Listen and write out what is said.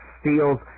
steals